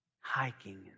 hiking